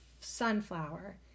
sunflower